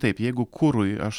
taip jeigu kurui aš